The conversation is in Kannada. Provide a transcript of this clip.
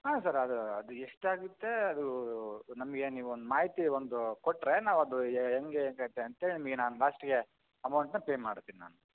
ಹಾಂ ಸರ್ ಅದು ಅದು ಎಷ್ಟಾಗುತ್ತೆ ಅದು ನಮಗೆ ನೀವು ಒಂದು ಮಾಹಿತಿ ಒಂದು ಕೊಟ್ಟರೆ ನಾವು ಅದು ಹೆಂಗೆ ಹೆಂಗೈತೆ ಅಂತೇಳಿ ನಿಮಗೆ ನಾನು ಲಾಸ್ಟಿಗೆ ಅಮೌಂಟ್ನ ಪೇ ಮಾಡ್ತೀನಿ ನಾನು